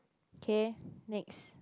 K next